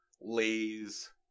lays